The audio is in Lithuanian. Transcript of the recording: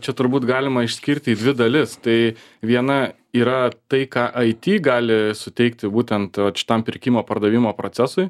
čia turbūt galima išskirt į dvi dalis tai viena yra tai ką aiti gali suteikti būtent vat šitam pirkimo pardavimo procesui